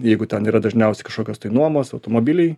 jeigu ten yra dažniausiai kažkokios tai nuomos automobiliai